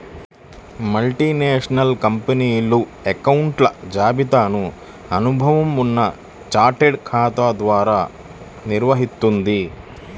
multinational కంపెనీలు అకౌంట్ల జాబితాను అనుభవం ఉన్న చార్టెడ్ ఖాతా ద్వారా నిర్వహిత్తుంది